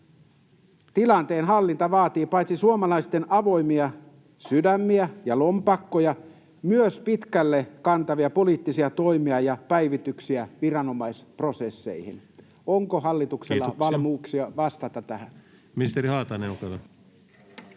Tilanteen hallinta vaatii paitsi suomalaisten avoimia sydämiä ja lompakkoja myös pitkälle kantavia poliittisia toimia ja päivityksiä viranomaisprosesseihin. Onko hallituksella valmiuksia vastata tähän?